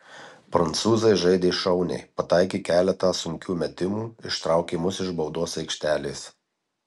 prancūzai žaidė šauniai pataikė keletą sunkių metimų ištraukė mus iš baudos aikštelės